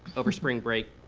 over spring break,